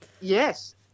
yes